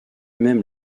même